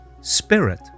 spirit